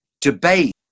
debate